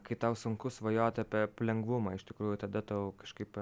kai tau sunku svajot apie lengvumą iš tikrųjų tada tau kažkaip